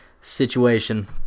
situation